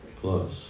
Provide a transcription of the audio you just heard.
Plus